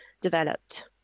developed